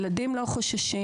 ושהילדים לא חוששים.